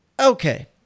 Okay